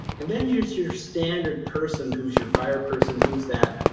and then there's your standard person who's your fire person whose that.